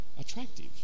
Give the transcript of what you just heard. attractive